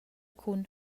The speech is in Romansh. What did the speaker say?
cun